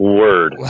word